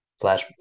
flash